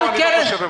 לא, אני לא חושב.